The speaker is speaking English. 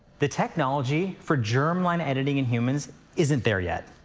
the technology for germline editing in humans isn't there yet.